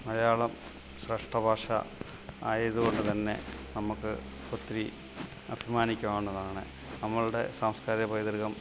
മലയാളം ശ്രേഷ്ഠഭാഷ ആയതുകൊണ്ടുതന്നെ നമുക്ക് ഒത്തിരി അഭിമാനിക്കാവുന്നതാണ് നമ്മളുടെ സാംസ്ക്കാരിക പൈതൃകം